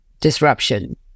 disruption